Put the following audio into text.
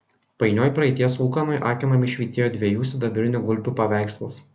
painioj praeities ūkanoj akinamai švytėjo dviejų sidabrinių gulbių paveikslas